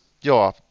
Ja